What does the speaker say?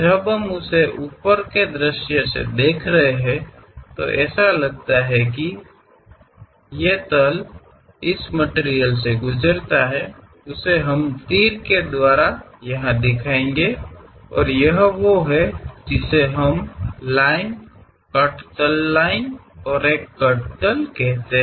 जब हम इसे ऊपर के दृश्य से देख रहे हैं तो ऐसा लगता है कि एक तल है जो इस मटिरियल मे से गुजरता है उसे हम तीर के द्वारा यहा दिखाएंगे और यह वो हैं जिसे हम लाइन कट तल लाइन और एक कट तल कहते है